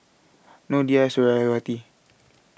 Noh Dhia Suriawati